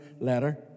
letter